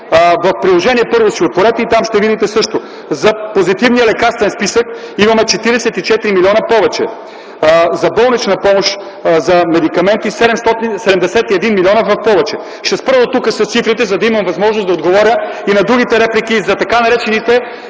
Приложение № 1 и там ще видите също, че за позитивния лекарствен списък имаме 44 млн.лв повече, за болнична помощ, за медикаменти – 71 млн.лв повече. Ще спра дотук с цифрите, за да имам възможност да отговоря и на другите реплики за така наречените